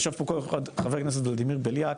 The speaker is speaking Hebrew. ישב פה חבר הכנסת ולדימיר בליאק,